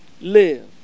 live